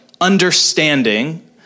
understanding